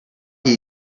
that